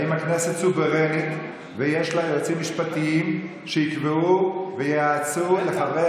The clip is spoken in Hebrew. האם הכנסת סוברנית ויש לה יועצים משפטיים שיקבעו וייעצו לחברי